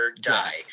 die